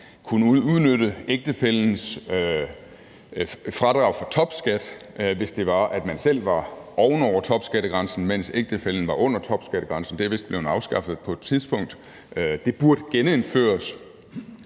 kunne udnytte ægtefællens fradrag for topskat, hvis det var sådan, at man selv var oven over topskattegrænsen, mens ægtefællen var under topskattegrænsen. Det er vist blevet afskaffet på et tidspunkt, men det burde genindføres.